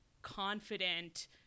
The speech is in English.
confident